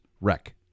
wreck